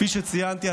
כפי שציינתי,